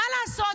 מה לעשות?